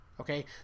Okay